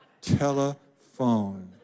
telephone